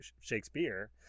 shakespeare